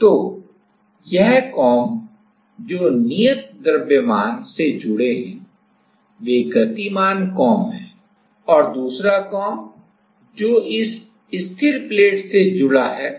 तो यह कॉम्ब जो नियत द्रव्यमान से जुड़े हैं वे गतिमान कॉम्ब हैं और दूसरा कॉम्ब जो इस स्थिर प्लेट से जुड़े हैं